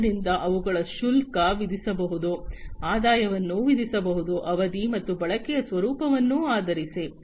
ಆದ್ದರಿಂದ ಅವುಗಳ ಶುಲ್ಕ ವಿಧಿಸಬಹುದು ಆದಾಯವನ್ನು ವಿಧಿಸಬಹುದು ಅವಧಿ ಮತ್ತು ಬಳಕೆಯ ಸ್ವರೂಪವನ್ನು ಆಧರಿಸಿ